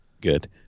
good